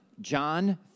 John